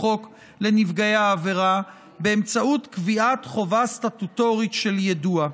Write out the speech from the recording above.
החוק לנפגעי עבירה באמצעות קביעת חובה סטטוטורית של יידוע.